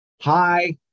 Hi